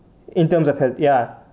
in terms of health ya